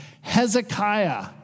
Hezekiah